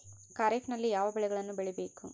ಖಾರೇಫ್ ನಲ್ಲಿ ಯಾವ ಬೆಳೆಗಳನ್ನು ಬೆಳಿಬೇಕು?